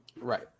Right